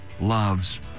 loves